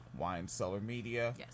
WineCellarMedia